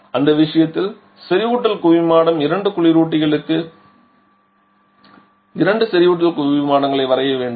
அந்த விஷயத்தில் செறிவூட்டல் குவிமாடம் இரண்டு குளிரூட்டிகளுக்கு இரண்டு செறிவூட்டல் குவிமாடங்களை வரைய வேண்டும்